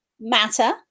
Matter